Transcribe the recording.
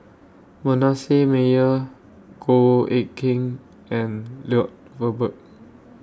Manasseh Meyer Goh Eck Kheng and Lloyd Valberg